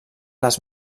les